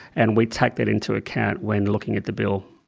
and we take that into account when looking at the bill.